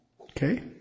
Okay